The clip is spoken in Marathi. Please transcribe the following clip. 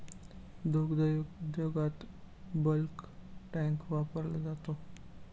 दुग्ध उद्योगात बल्क टँक वापरला जातो